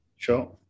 Sure